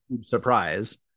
surprise